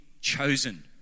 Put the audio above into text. chosen